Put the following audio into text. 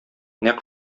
нәкъ